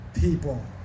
people